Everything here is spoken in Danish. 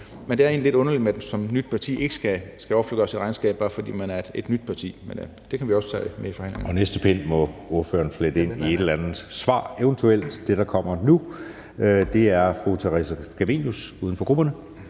men det er egentlig lidt underligt, at man som nyt parti ikke skal offentliggøre sit regnskab, bare fordi man er et nyt parti. Men det kan vi også tage med i forhandlingerne. Kl. 10:58 Anden næstformand (Jeppe Søe): Og næste pind må ordføreren flette ind i et eller andet svar, eventuelt det, der kommer nu. Så er det fru Theresa Scavenius, uden for grupperne.